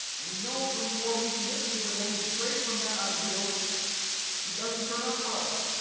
and we know from more recent history that when we stray from that ideal it doesn't turn out well.